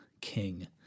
king